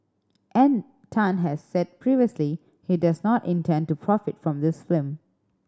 and Tan has said previously he does not intend to profit from this film